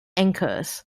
anchors